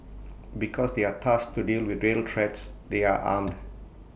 because they are tasked to deal with real threats they are armed